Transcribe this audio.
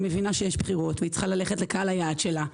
היא מבינה שיש בחירות והיא צריכה ללכת לקהל היעד שלה,